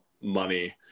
money